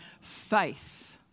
faith